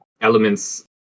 elements